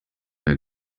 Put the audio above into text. mehr